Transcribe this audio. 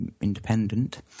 independent